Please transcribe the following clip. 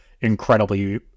incredibly